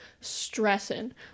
stressing